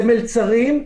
זה מלצרים,